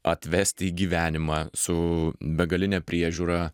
atvesti į gyvenimą su begaline priežiūra